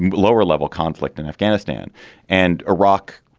lower level conflict in afghanistan and iraq